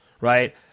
right